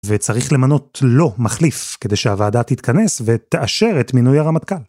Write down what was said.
וצריך למנות לו מחליף כדי שהוועדה תתכנס ותאשר את מינוי הרמטכ״ל.